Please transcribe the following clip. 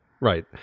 Right